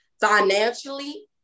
financially